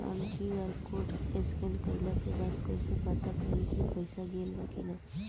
हम QR code scan कइला के बाद कइसे पता करि की पईसा गेल बा की न?